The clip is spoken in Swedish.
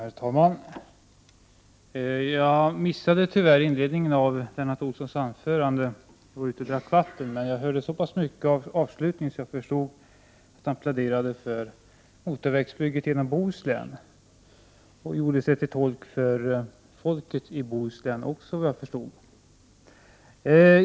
Herr talman! Jag missade tyvärr inledningen av Lennart Nilssons anförande. Jag var ute och drack vatten. Men jag hörde så pass mycket av avslutningen att jag förstod att han pläderade för motorvägsbygget genom Bohuslän och gjorde sig till tolk för folket i Bohuslän också, vad jag förstod.